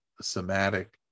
somatic